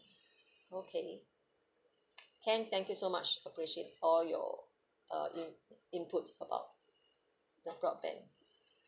okay can thank you so much appreciate all your uh in~ inputs about the broadband